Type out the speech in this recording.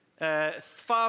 Five